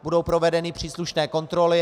Budou provedeny příslušné kontroly.